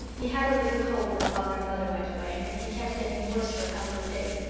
he had a little cold when father and mother went away, and he kept getting worse for a couple of days,